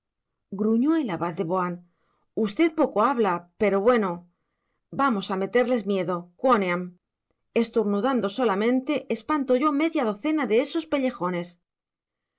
ayuntamiento hombre gruñó el abad de boán usted poco habla pero bueno vamos a meterles miedo quoniam estornudando solamente espanto yo media docena de esos pellejones